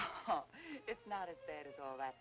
that it's not as bad as all that